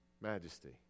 Majesty